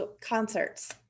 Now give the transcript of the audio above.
concerts